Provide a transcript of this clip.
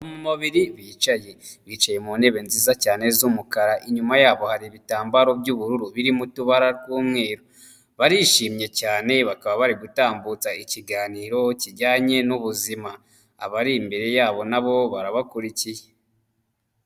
Abamama babiri bicaye mu ntebe nziza cyane z'umukara inyuma yabo hari ibitambaro by'ubururu biririmo utubara tw'umweru, barishimye cyane bakaba bari gutambutsa ikiganiro kijyanye n'ubuzima, abari imbere yabo nabo barabakurikiye.